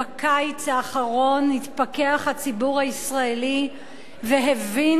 בקיץ האחרון התפכח הציבור הישראלי והבין